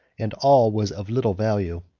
and all was of little value.